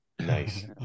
Nice